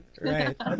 Right